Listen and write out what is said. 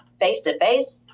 face-to-face